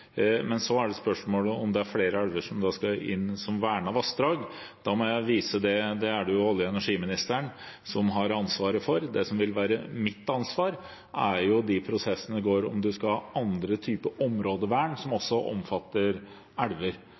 men så er spørsmålet om det er flere elver som skal inn som vernede vassdrag. Det er det olje- og energiministeren som har ansvaret for. Det som vil være mitt ansvar, er de prosessene som går om man skal ha andre typer områdevern som også omfatter elver.